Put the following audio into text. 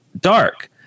dark